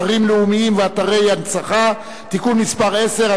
אתרים לאומיים ואתרי הנצחה (תיקון מס' 10),